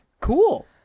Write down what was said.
Cool